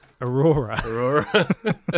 Aurora